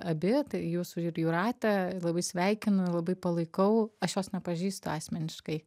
abi jūsų jūrate labai sveikinu labai palaikau aš jos nepažįstu asmeniškai